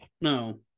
No